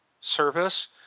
service